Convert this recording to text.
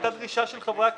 הייתה דרישה של חברי הכנסת,